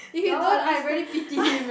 now understand